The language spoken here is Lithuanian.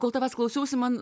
kol tavęs klausiausi man